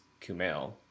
kumail